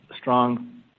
strong